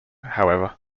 however